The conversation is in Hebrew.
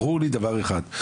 ברור לי דבר אחד,